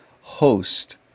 host